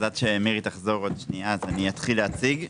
עד שמירי סביון תחזור בעוד רגע אני אתחיל להציג.